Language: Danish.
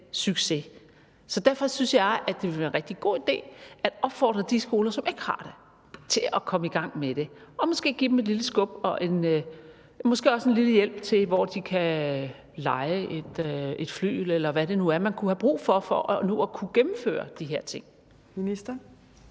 Så derfor synes jeg, at det ville være en rigtig god idé at opfordre de skoler, som ikke har det, til at komme i gang med det – og måske give dem et lille skub og måske også en lille hjælp til, hvor de kan leje et flygel, eller hvad det nu er, man kunne have brug for, til at kunne gennemføre de her ting.